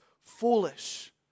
foolish